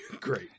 great